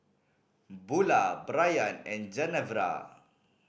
Bulah Brayan and Genevra